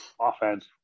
offense